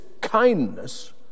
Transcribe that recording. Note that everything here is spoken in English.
kindness